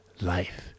life